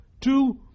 Two